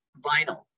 vinyl